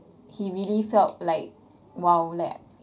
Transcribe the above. he really felt like !wow! leh